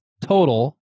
total